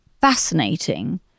fascinating